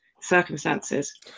circumstances